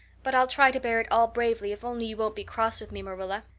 but i'll try to bear it all bravely if only you won't be cross with me, marilla.